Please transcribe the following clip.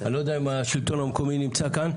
אני לא יודע אם השלטון המקומי נמצא כאן,